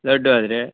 ಲಡ್ಡು ಆದರೆ